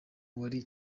muri